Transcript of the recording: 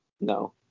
No